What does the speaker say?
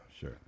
sure